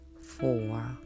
four